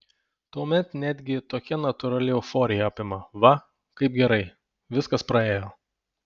tuomet netgi tokia natūrali euforija apima va kaip gerai viskas praėjo